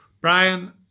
Brian